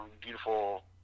beautiful